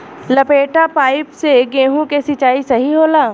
लपेटा पाइप से गेहूँ के सिचाई सही होला?